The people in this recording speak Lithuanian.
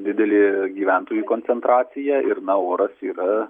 didelė gyventojų koncentracija ir na oras yra